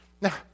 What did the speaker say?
Now